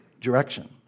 direction